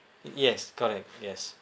y~ yes correct yes